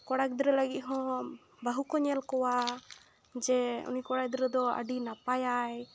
ᱠᱚᱲᱟ ᱜᱤᱫᱽᱨᱟᱹ ᱞᱟᱹᱜᱤᱫ ᱦᱚᱸ ᱵᱟᱹᱦᱩ ᱠᱚ ᱧᱮᱞ ᱠᱚᱣᱟ ᱡᱮ ᱩᱱᱤ ᱠᱚᱲᱟ ᱜᱤᱫᱽᱨᱟᱹ ᱫᱚ ᱟᱹᱰᱤ ᱱᱟᱯᱟᱭᱟᱭ